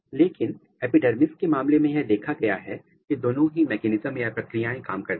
लेकिन एपिडर्मिस के मामले में यह देखा गया है कि दोनों ही मैकेनिज्म या प्रक्रियाएं काम करती हैं